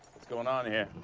what's going on here?